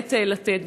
באמת לתת.